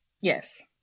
Yes